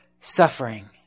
suffering